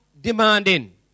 demanding